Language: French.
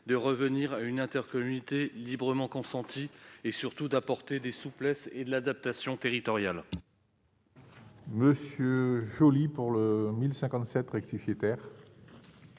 de revenir à une intercommunalité librement consentie et, surtout, d'apporter de la souplesse et une forme d'adaptation territoriale.